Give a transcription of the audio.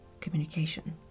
communication